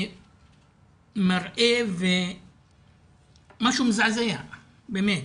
מראה מזעזע באמת.